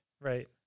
Right